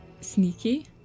sneaky